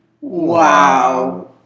Wow